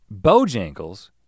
Bojangles